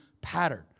pattern